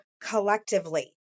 collectively